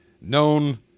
known